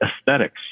aesthetics